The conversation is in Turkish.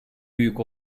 büyük